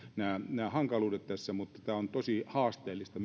nämä hankaluudet tässä mutta tämä hakeminen on tosi haasteellista